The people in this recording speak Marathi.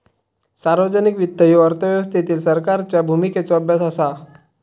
सार्वजनिक वित्त ह्यो अर्थव्यवस्थेतील सरकारच्या भूमिकेचो अभ्यास असा